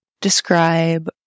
describe